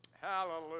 Hallelujah